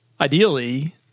ideally